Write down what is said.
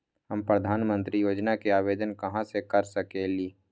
हम प्रधानमंत्री योजना के आवेदन कहा से कर सकेली?